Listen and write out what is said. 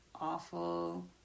awful